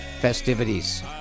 festivities